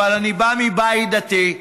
אבל אני בא מבית דתי,